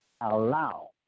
allow